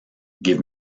give